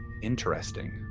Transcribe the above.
Interesting